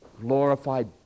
Glorified